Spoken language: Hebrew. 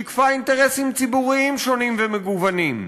ששיקפה אינטרסים ציבוריים שונים ומגוונים.